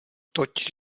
toť